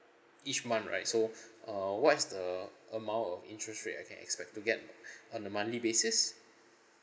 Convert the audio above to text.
each month right so uh what is the amount of interest rate I can expect to get on a monthly basis